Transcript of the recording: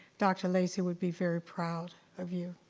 dr. lacey would be very proud of you.